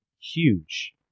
huge